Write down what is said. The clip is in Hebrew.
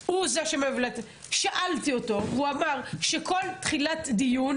והוא אמר שכל תחילת דיון,